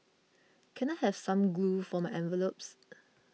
can I have some glue for my envelopes